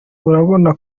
urabona